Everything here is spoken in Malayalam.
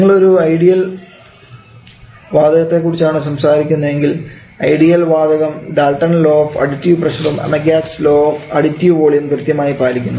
നിങ്ങൾ ഒരു ഐഡിയൽ വാതകത്തെ കുറിച്ചാണ് സംസാരിക്കുന്നതെങ്കിൽ ഐഡിയൽ വാതകം ഡാൽറ്റൺസ് ലോ ഓഫ് അഡിടീവ് പ്രഷറും അമഗ്യാറ്റ്സ് ലോ ഓഫ് അഡിടീവ് വോളിയവും കൃത്യമായി പാലിക്കുന്നു